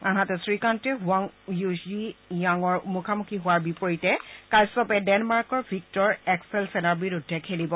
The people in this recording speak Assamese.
আনহাতে শ্ৰীশন্তে ছৱাং য়ুজিয়াঙৰ মুখামুখী হোৱাৰ বিপৰীতে কাশ্যপে ডেনমাৰ্কৰ ভিক্টৰ এক্সেলচেনৰ বিৰুদ্ধে খেলিব